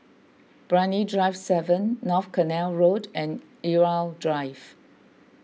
Brani Drive seven North Canal Road and Irau Drive